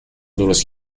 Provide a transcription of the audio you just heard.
درست